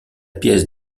pièce